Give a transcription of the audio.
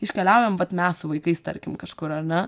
iškeliaujam vat mes su vaikais tarkim kažkur ar ne